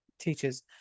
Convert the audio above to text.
teachers